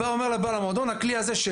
הוא בא ואומר לבעל המועדון: זה הכלי שלי,